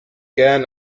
can